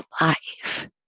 life